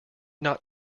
not